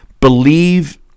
believe